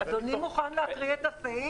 אדוני מוכן להקריא את הסעיף?